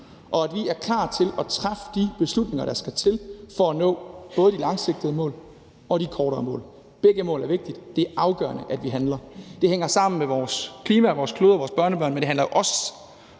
og at vi er klar til at træffe de beslutninger, der skal til for at nå både de langsigtede mål og de mere kortsigtede mål. Begge mål er vigtige. Det er afgørende, at vi handler. Det hænger sammen med vores klima, vores klode og vores børnebørn, men det handler også om, at